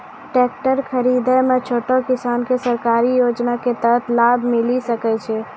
Tractor खरीदै मे छोटो किसान के सरकारी योजना के तहत लाभ मिलै सकै छै?